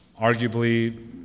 arguably